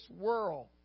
world